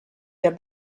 der